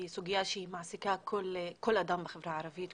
היא סוגיה שמעסיקה כל אדם בחברה הערבית,